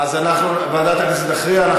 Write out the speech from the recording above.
ועדת הכנסת תכריע.